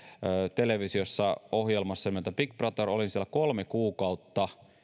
televisiossa ohjelmassa nimeltä big brother olin siellä kolme kuukautta